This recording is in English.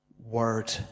word